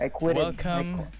welcome